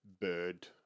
bird